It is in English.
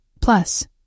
Plus